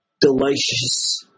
delicious